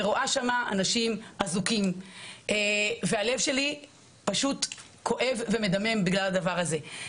רואה שם אנשים אזוקים והלב שלי פשוט כואב ומדמם בגלל הדבר הזה.